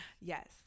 Yes